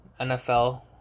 NFL